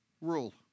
rule